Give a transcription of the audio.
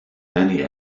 many